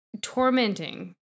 tormenting